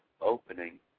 opening